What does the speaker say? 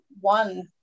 one